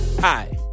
Hi